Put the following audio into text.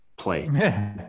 play